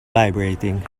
vibrating